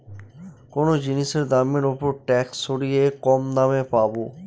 কোনো জিনিসের দামের ওপর ট্যাক্স সরিয়ে কম দামে পাবো